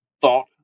thought